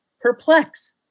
perplex